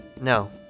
No